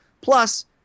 plus